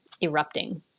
erupting